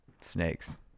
Snakes